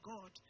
God